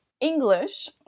English